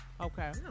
Okay